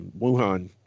Wuhan